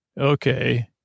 Okay